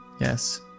Yes